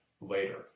later